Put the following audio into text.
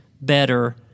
better